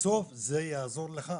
בסוף זה יעזור לך.